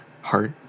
heart